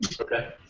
Okay